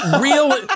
Real